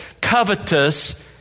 covetous